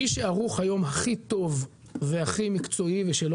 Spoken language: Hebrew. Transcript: מי שערוך היום הכי טוב והכי מקצועי ושלא